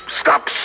Stop